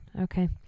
Okay